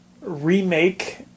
remake